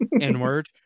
N-word